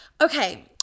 Okay